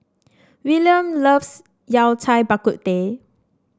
Willian loves Yao Cai Bak Kut Teh